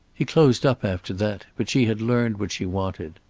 he closed up after that, but she had learned what she wanted.